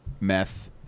meth